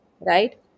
right